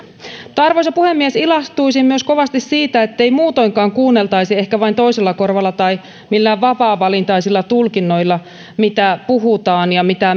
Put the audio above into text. arvoisa puhemies ilahtuisin myös kovasti siitä ettei muutoinkaan kuunneltaisi ehkä vain toisella korvalla tai millään vapaavalintaisilla tulkinnoilla mitä puhutaan ja mitä